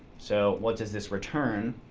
so what does this return?